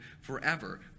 forever